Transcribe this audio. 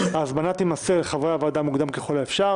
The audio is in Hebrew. ההזמנה תימסר לחברי הוועדה מוקדם ככל האפשר,